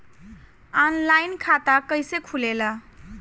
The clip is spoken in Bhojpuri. आनलाइन खाता कइसे खुलेला?